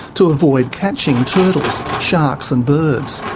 to avoid catching turtles, sharks and birds.